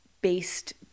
based